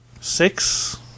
Six